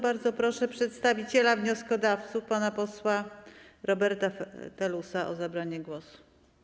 Bardzo proszę przedstawiciela wnioskodawców pana posła Roberta Telusa o zabranie głosu.